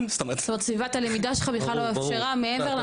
--- זאת אומרת סביבת הלמידה שלך לא אפשרה מעבר למצב.